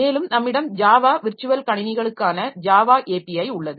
மேலும் நம்மிடம் Java virtual கணினிகளுக்கான ஜாவா API உள்ளது